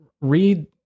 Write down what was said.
read